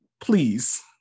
Please